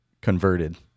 converted